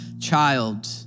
child